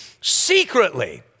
secretly